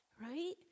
right